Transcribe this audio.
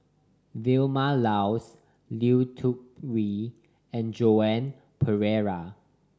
Vilma Laus Lui Tuck Yew and Joan Pereira